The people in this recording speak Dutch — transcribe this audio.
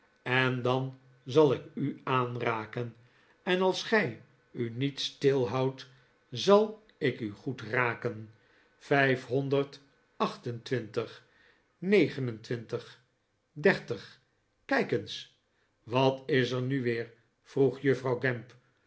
en dan zal ik u aanraken en als gij u niet stilhoudt zal ik u gped raken vijfhonderd acht en twintig negen en twintig dertig kijk eens wat is er nu weer vroeg juffrouw gamp